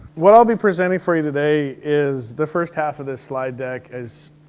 what i'll be presenting for you today is the first half of this slide deck as.